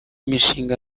mishanga